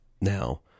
now